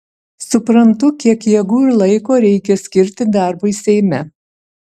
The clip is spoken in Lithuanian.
suprantu kiek jėgų ir laiko reikia skirti darbui seime